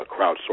crowdsourcing